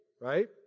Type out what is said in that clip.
right